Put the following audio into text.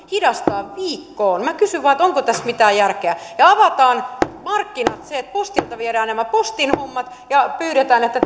hidastaa viikkoon minä kysyn vain onko tässä mitään järkeä ja avataan markkinat niin että postilta viedään nämä postin hommat ja pyydetään että